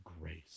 grace